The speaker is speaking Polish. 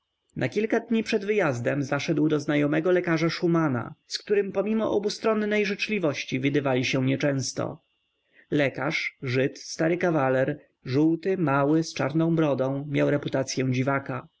na kilka dni przed wyjazdem zaszedł do znajomego lekarza szumana z którym pomimo obustronnej życzliwości widywali się nieczęsto lekarz żyd stary kawaler żółty mały z czarną brodą miał